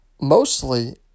Mostly